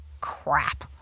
Crap